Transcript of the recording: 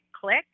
click